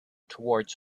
towards